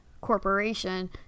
corporation